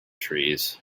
trees